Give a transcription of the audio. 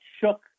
shook